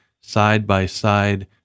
side-by-side